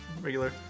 regular